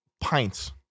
pints